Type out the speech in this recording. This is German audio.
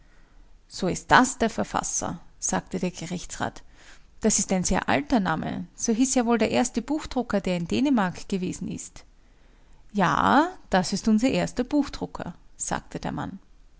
so ist das der verfasser sagte der gerichtsrat das ist ein sehr alter name so hieß ja wohl der erste buchdrucker der in dänemark gewesen ist ja das ist unser erster buchdrucker sagte der mann